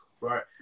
right